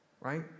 Right